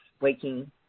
waking